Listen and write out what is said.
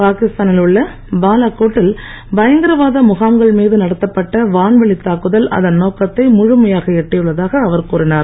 பாகிஸ்தானில் உள்ள பாலக்கோட்டில் பயங்கரவாத முகாம்கள் மீது நடத்தப்பட்ட வான்வெளி தாக்குதல் அதன் நோக்கத்தை முழுமையாக எட்டியுள்ளதாக அவர் கூறினார்